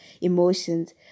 emotions